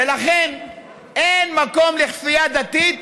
ולכן אין מקום לכפייה דתית